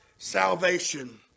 salvation